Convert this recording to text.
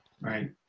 Right